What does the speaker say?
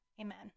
amen